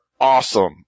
awesome